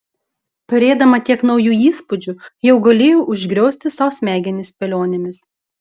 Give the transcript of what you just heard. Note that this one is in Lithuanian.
turėdama tiek naujų įspūdžių jau galėjo užgriozti sau smegenis spėlionėmis